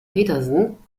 petersen